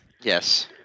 Yes